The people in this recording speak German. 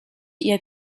ihr